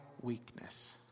weakness